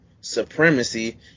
supremacy